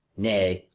nay,